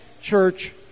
church